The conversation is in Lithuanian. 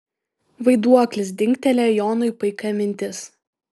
vaiduoklis dingtelėjo jonui paika mintis